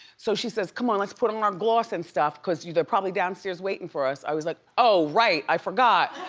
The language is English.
so she says, c'mon let's put on our gloss and stuff cause they're probably downstairs waiting for us. i was like, oh right, i forgot.